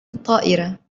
الطائرة